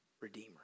redeemer